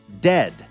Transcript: dead